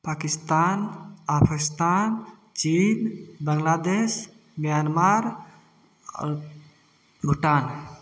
पाकिस्तान आफिस्तान चीन बांग्लादेश मयन्मार और भूटान